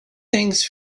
things